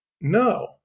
No